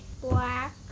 black